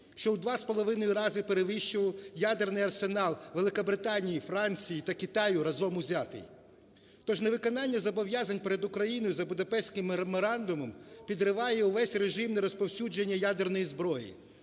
що у 2,5 рази перевищував ядерний арсенал Великобританії, Франції та Китаю разом узятий. Тож невиконання зобов'язань перед Україною за Будапештським меморандумом підриває увесь режим не розповсюдження ядерної зброї.